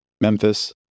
Memphis